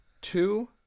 two